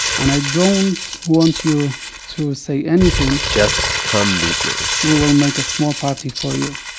and i don't want you to say anything just come meet me we will make a small party for you